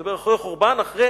אני מדבר אחרי החורבן, אחרי